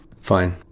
Fine